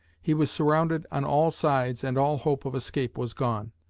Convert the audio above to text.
he was surrounded on all sides and all hope of escape was gone.